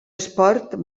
esport